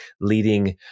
leading